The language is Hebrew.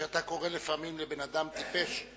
כשאתה קורא לפעמים לאדם טיפש,